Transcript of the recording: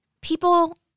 people